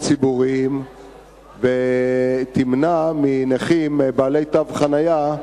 ציבוריים ומניעת נכים בעלי תו חנייה,